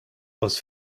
aus